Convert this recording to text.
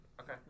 Okay